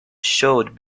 showed